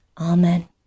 Amen